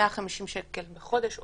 150 שקל בחודש,